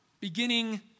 beginning